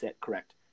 correct